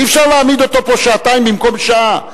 אי-אפשר להעמיד אותו פה שעתיים במקום שעה.